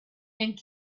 and